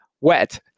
wet